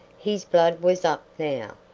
his blood was up now,